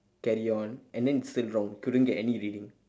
carry on and then still wrong couldn't get any reading